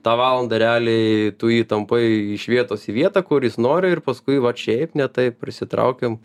tą valandą realiai tų jį tampai iš vietos į vietą kur jis nori ir paskui vat šiaip ne taip prisitraukėm